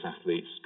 athletes